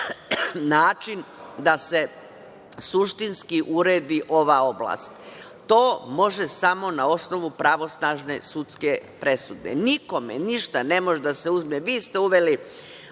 način da se suštinski uredi ova oblast. To može samo na osnovu pravosnažne sudske presude. Nikome ništa ne može da se uzme. Vi ste uveli